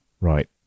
Right